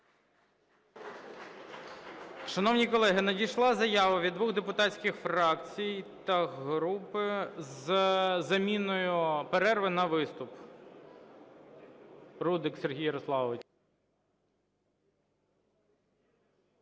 Шановні колеги, надійшла заява від двох депутатських фракцій та груп з заміною перерви на виступ. Рудик Сергій Ярославович.